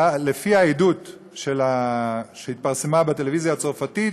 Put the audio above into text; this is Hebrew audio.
לפי העדות שהתפרסמה בטלוויזיה הצרפתית,